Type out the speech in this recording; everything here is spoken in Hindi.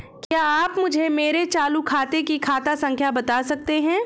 क्या आप मुझे मेरे चालू खाते की खाता संख्या बता सकते हैं?